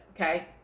Okay